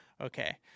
okay